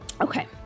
Okay